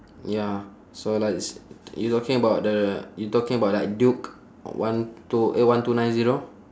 ya so like s~ you talking about the you talking about like duke one two eh one two nine zero